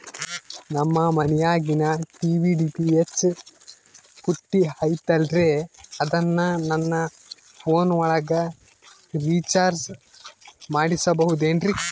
ನಮ್ಮ ಮನಿಯಾಗಿನ TV DTH ಪುಟ್ಟಿ ಐತಲ್ರೇ ಅದನ್ನ ನನ್ನ ಪೋನ್ ಒಳಗ ರೇಚಾರ್ಜ ಮಾಡಸಿಬಹುದೇನ್ರಿ?